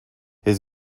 his